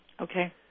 Okay